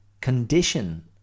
condition